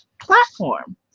platform